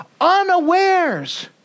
unawares